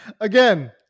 again